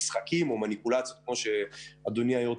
למניפולציות שתיאר אדוני.